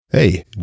Hey